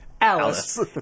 Alice